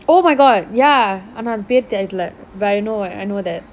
oh my god ya ஆனா அதோட பேரு தேரிலே:aana athoda peru therile I know that